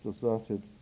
deserted